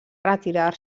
retirar